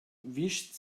wischt